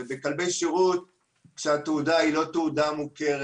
לגבי כלבי שירות התעודה היא לא תעודה מוכרת,